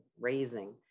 raising